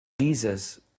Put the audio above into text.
Jesus